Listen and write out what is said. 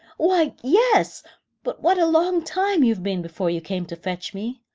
why, yes but what a long time you been before you came to fetch me.